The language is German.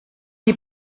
die